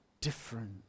different